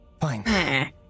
Fine